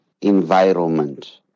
environment